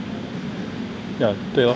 yeah 对 lor